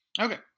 Okay